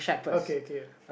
okay K K